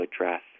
address